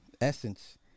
essence